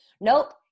Nope